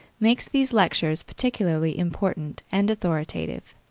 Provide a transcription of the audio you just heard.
makes these lectures particularly important and authoritative.